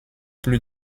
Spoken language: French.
plus